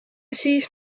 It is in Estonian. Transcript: siis